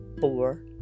four